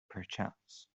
perchance